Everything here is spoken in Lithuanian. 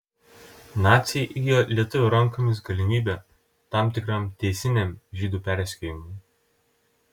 naciai įgijo lietuvių rankomis galimybę tam tikram teisiniam žydų persekiojimui